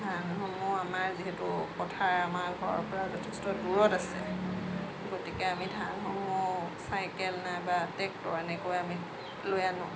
ধানসমূহ আমাৰ যিহেতু পথাৰ আমাৰ ঘৰৰ পৰা যথেষ্ট দূৰত আছে গতিকে আমি ধানসমূহ চাইকেল নাইবা ট্ৰেক্টৰ এনেকৈ আমি লৈ আনো